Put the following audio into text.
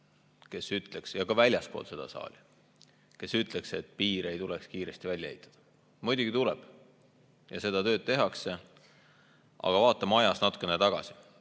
saalis ega ka väljaspool seda saali, kes ütleks, et piire ei tuleks kiiresti välja ehitada. Muidugi tuleb ja seda tööd tehakse. Aga vaatame ajas natuke tagasi.